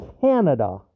Canada